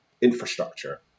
infrastructure